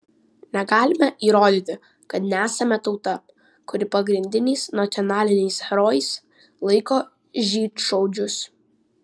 negalime įrodyti kad nesame tauta kuri pagrindiniais nacionaliniais herojais laiko žydšaudžius